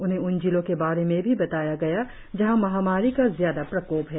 उन्हें उन जिलों के बारे में भी बताया गया जहां महामारी का ज्यादा प्रकोप है